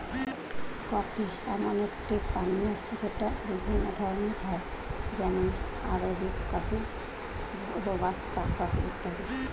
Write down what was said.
coffee এমন একটি পানীয় যেটা বিভিন্ন ধরণের হয় যেমন আরবিক কফি, রোবাস্তা কফি ইত্যাদি